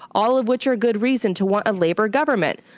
all of which are good reason to want a labour government.